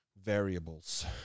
Variables